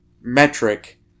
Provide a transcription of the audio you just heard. metric